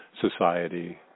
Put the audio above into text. society